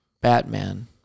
Batman